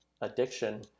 addiction